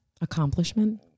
Accomplishment